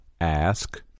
Ask